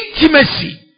intimacy